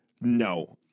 no